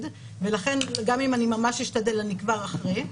ולכן גם אם אני ממש אשתדל אני כבר אחרי כן.